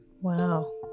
Wow